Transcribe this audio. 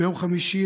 ביום חמישי,